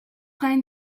gain